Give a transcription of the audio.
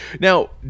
Now